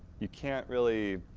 you can't really